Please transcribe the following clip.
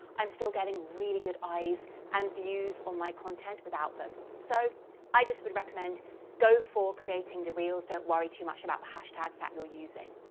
i'm still getting really good eyes and views on my content without them. so i just would recommend go for creating the reels. don't worry too much about the hashtags that you're using.